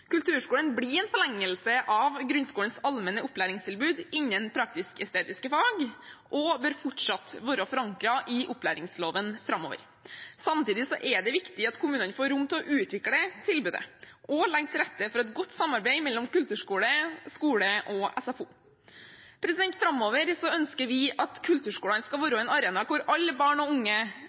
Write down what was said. Kulturskolen blir en forlengelse av grunnskolens allmenne opplæringstilbud innen praktisk-estetiske fag og vil fortsatt være forankret i opplæringsloven framover. Samtidig er det viktig at kommunene får rom til å utvikle tilbudet og legge til rette for et godt samarbeid mellom kulturskole, skole og SFO. Framover ønsker vi at kulturskolene skal være en arena hvor alle barn og unge